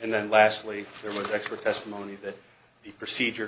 and then lastly there was expert testimony that the procedure